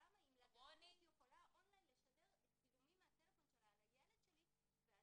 יקירה --- למה אם גננת יכולה לשדר און-ליין שידורים של הילד שלי ואני,